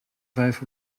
vijf